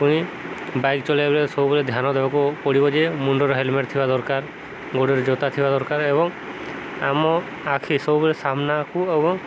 ପୁଣି ବାଇକ୍ ଚଲେଇବାବେଳେ ସବୁବେଳେ ଧ୍ୟାନ ଦେବାକୁ ପଡ଼ିବ ଯେ ମୁଣ୍ଡର ହେଲମେଟ୍ ଥିବା ଦରକାର ଗୋଡ଼ର ଜୋତା ଥିବା ଦରକାର ଏବଂ ଆମ ଆଖି ସବୁବେଳେ ସାମ୍ନାକୁ ଏବଂ